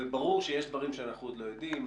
ברור שיש דברים שאנחנו עוד לא יודעים,